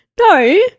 No